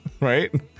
right